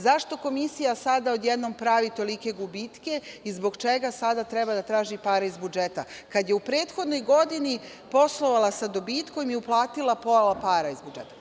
Zašto komisija sada odjednom pravi tolike gubitke i zbog čega sada treba da traži pare iz budžeta, kad je u prethodnoj godini poslovala sa dobitkom i uplatila pola para iz budžeta?